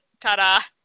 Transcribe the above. ta-da